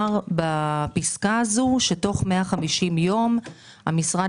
בפסקה הזו נאמר שתוך 150 יום המשרד